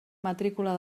matrícula